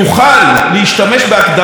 אם זה פיליפס,